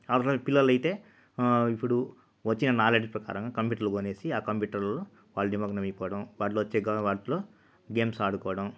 ఒకరోజు పిల్లలయితే ఇప్పుడు వచ్చే నాలెడ్జ్ ప్రకారం కంప్యూటర్లు కొనేసి ఆ కంప్యూటర్లో వాళ్ళు నిమగ్నమైపోడం వాటిలో గేమ్స్ ఆడుకోవడం